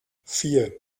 vier